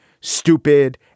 stupid